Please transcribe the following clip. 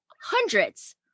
hundreds